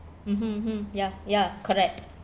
mmhmm hmm ya ya correct